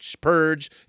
purge